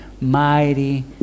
mighty